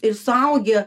ir suaugę